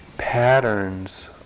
patterns